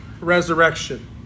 resurrection